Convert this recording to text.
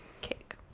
Cake